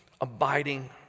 abiding